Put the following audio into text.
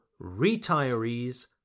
retirees